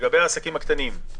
לגבי העסקים הקטנים,